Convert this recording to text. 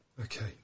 Okay